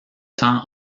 tant